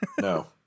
No